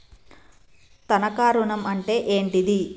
తనఖా ఋణం అంటే ఏంటిది?